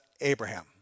Abraham